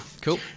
Cool